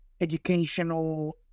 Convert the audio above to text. educational